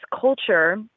culture